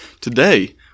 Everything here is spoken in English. Today